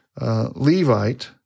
Levite